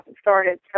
started